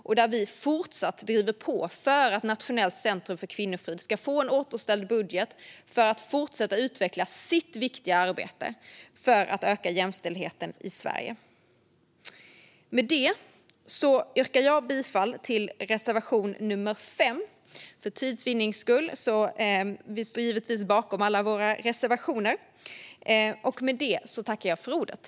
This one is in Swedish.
Vi driver fortsatt på för att Nationellt centrum för kvinnofrid ska få en återställd budget så att de kan fortsätta utveckla sitt viktiga arbete för att öka jämställdheten i Sverige. Vi står givetvis bakom alla våra reservationer, men för tids vinning yrkar jag bifall bara till nummer 5.